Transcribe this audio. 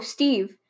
Steve